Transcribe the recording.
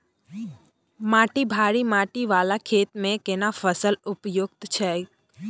माटी भारी माटी वाला खेत में केना फसल उपयुक्त छैय?